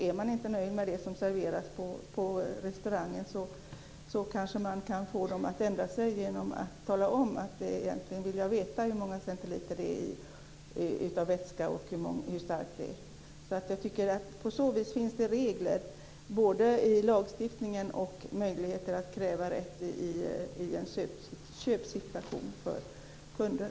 Är man inte nöjd med det som serveras på restaurangen kanske man kan få dem att ändra sig genom att tala om att man egentligen vill veta hur många centiliter vätska det är och hur starkt det är. På så vis finns det både regler i lagstiftningen och möjligheter att kräva rätt i en köpsituation för kunden.